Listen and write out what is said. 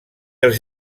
els